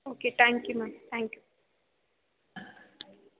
okay thank you ma'am thank you